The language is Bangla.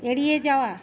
এড়িয়ে যাওয়া